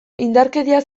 indarkeria